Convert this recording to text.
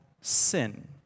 sin